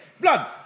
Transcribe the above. blood